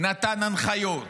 נתן הנחיות